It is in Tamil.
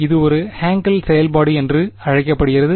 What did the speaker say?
இது ஒரு ஹாங்கல் செயல்பாடு என்று அழைக்கப்படுகிறது